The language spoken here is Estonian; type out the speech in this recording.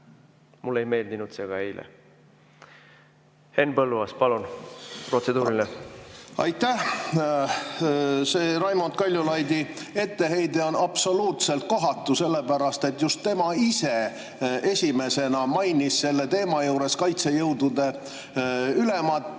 Mulle ei meeldinud see ka eile. Henn Põlluaas, palun, protseduuriline! Aitäh! See Raimond Kaljulaidi etteheide on absoluutselt kohatu, sellepärast et just tema ise esimesena mainis selle teema juures kaitsejõudude ülemat